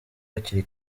hakiri